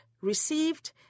received